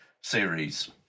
series